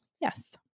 yes